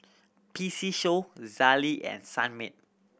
P C Show Zalia and Sunmaid